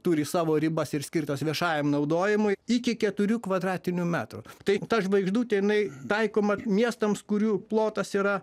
turi savo ribas ir skirtos viešajam naudojimui iki keturių kvadratinių metrų tai ta žvaigždutė jinai taikoma miestams kurių plotas yra